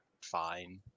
fine